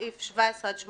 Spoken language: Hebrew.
סעיף 17 18